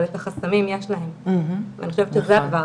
אבל את החסמים יש להם ואני חושבת שזה האתגר.